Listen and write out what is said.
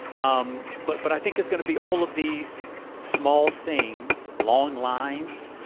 um but but i think there's gonna be all of these small things, long lines.